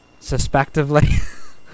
suspectively